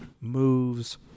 moves